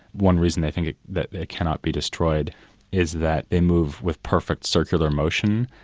one reason they think that they cannot be destroyed is that they move with perfect circular motion,